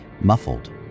muffled